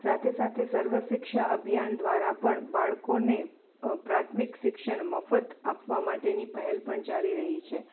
સાથે સાથે સર્વ શિક્ષા અભિયાન દ્વારા પણ બાળકોને પ્રાથમિક શિક્ષણ મફત આપવા માટેની પહેલ પણ ચાલી રહી છે